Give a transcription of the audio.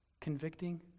convicting